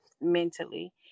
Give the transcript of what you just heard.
mentally